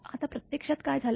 आता प्रत्यक्षात काय झालं